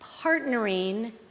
partnering